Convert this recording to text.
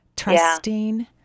trusting